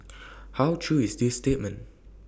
how true is this statement